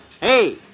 Hey